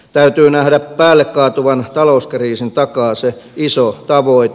täytyy nähdä päälle kaatuvan talouskriisin takaa se iso tavoite